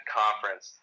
conference